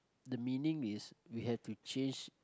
the meaning is we had to change